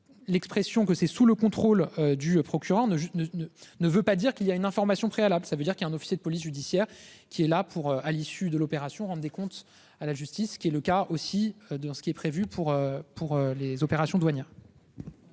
L'expression que c'est sous le contrôle du procureur ne ne ne ne veut pas dire qu'il y a une information préalable. Ça veut dire qu'il y a un officier de police judiciaire qui est là pour, à l'issue de l'opération, rendent des comptes à la justice qui est le cas aussi de ce qui est prévu pour, pour les opérations douanières.